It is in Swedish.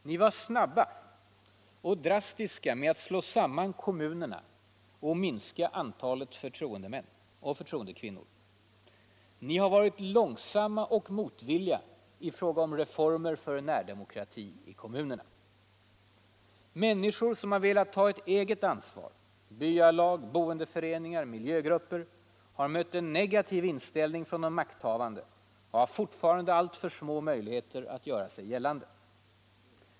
Ni var snabba och drastiska med att slå samman kommunerna och minska antalet förtroendemän och förtroendekvinnor. Ni har varit långsamma och motvilliga i fråga om reformer för närdemokrati i kommunerna. Människor som velat ta ett eget ansvar — byalag, boendeföreningar, miljögrupper — har mött en negativ inställning från de makthavande och har fortfarande alltför små möjligheter att göra sig gällande.